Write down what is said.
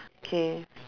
okay